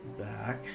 back